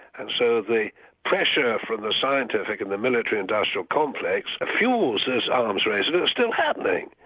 and so the pressure for the scientific, and the military, industrial complex fuels this arms race and it's still happening.